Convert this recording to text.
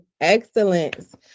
excellence